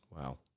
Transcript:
Wow